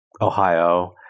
Ohio